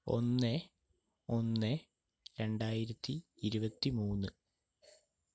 ഒന്ന് ഒന്ന് രണ്ടായിരത്തി ഇരുപത്തിമൂന്ന്